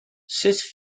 sut